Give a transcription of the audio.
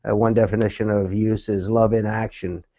ah one definition of use is love in action.